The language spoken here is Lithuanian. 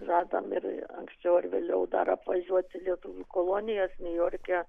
žadam ir anksčiau ar vėliau dar apvažiuoti lietuvių kolonijas niujorke